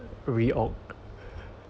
re-org